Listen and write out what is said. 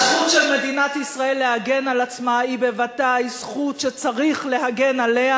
הזכות של מדינת ישראל להגן על עצמה היא בוודאי זכות שצריך להגן עליה,